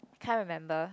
can't remember